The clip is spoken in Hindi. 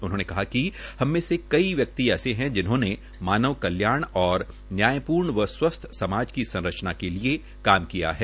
उन्होंने कहा कि हम में से कई व्यक्ति ऐसे हैं जिन्होंने मानव कल्याण और न्यायपूर्ण व स्वस्थ्य समाज की संरचना के लिए काम किया है